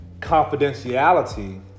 confidentiality